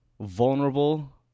vulnerable